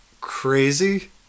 crazy